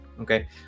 Okay